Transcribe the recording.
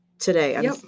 Today